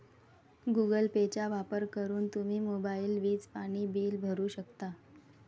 Google पेचा वापर करून तुम्ही मोबाईल, वीज, पाणी बिल भरू शकता